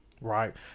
right